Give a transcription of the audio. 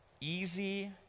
easy